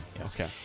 Okay